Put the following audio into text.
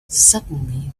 suddenly